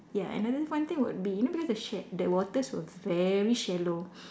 ya another fun thing would be you know because the water sha~ the waters were very shallow